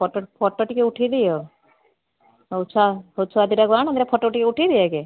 photo photo ଟିକିଏ ଉଠେଇଦିଅ ହଉ ଛୁଆ ହଉ ଛୁଆ ଦୁଇଟାକୁ ଆଣି ଦେନେ ଫୋଟୋ ଟିକିଏ ଉଠେଇବେ ଆଗେ